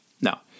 Now